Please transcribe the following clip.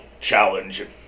challenge